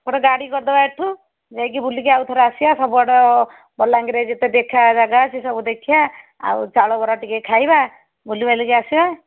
ଗୋଟେ ଗାଡ଼ି କରିଦବା ଏଇଠୁ ଯାଇକି ବୁଲିକି ଆଉ ଥରେ ଆସିବା ସବୁଆଡ଼ ବଲାଙ୍ଗୀରରେ ଯେତେ ଦେଖା ଜାଗା ସେ ସବୁ ଦେଖିବା ଆଉ ଚାଉଳବରା ଟିକିଏ ଖାଇବା ବୁଲିବାଲାକି ଆସିବା